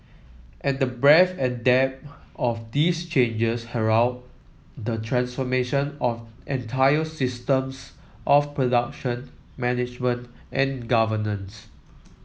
and the breadth and depth of these changes herald the transformation of entire systems of production management and governance